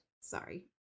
sorry